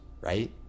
right